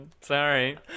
Sorry